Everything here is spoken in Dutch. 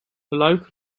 luik